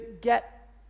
get